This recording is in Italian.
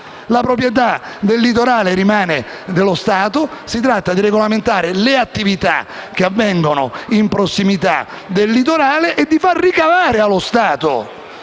la proprietà del litorale rimane allo Stato e si tratta di regolamentare le attività che avvengono in prossimità del litorale, permettendo allo Stato